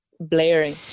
Blaring